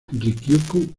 ryukyu